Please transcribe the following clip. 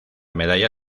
medalla